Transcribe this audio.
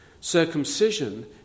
Circumcision